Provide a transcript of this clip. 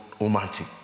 Almighty